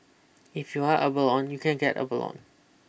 if you want abalone you can get abalone